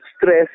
stress